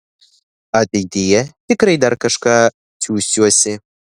ateityje tikrai dar kažką siųsiuosi